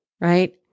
right